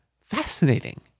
fascinating